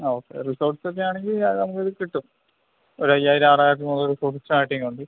ആ okay resorts ഒക്കെ ആണെങ്കിൽ അത് നമുക്കത് കിട്ടും ഒരു അയ്യായിരം ആറായിരം മുതൽക്ക് റിസോർട്ട് സ്റ്റാർട്ടിംഗ് ഉണ്ട്